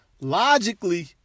logically